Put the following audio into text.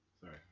Sorry